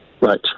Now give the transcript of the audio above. Right